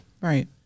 Right